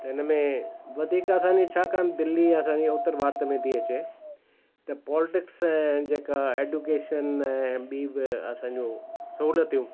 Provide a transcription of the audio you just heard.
त इन में वधीक असांजी छाकाणि दिल्ली आहे असांजी उत्तर भारत में थी अचे त पॉलिटिक्स जेका एडुकेशन ऐं बि बि असांजो सहूलियतियूं